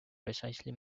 precisely